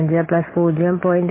65 plus 0